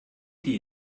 die